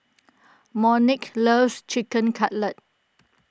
Monique loves Chicken Cutlet